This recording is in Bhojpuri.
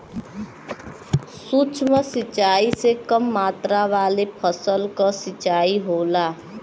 सूक्ष्म सिंचाई से कम मात्रा वाले फसल क सिंचाई होला